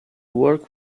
work